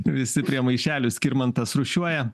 visi prie maišelių skirmantas rūšiuoja